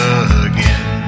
again